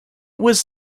was